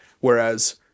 Whereas